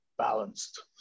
balanced